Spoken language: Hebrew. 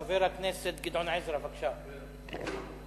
חבר הכנסת גדעון עזרא, בבקשה, אדוני.